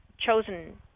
chosen